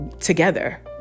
together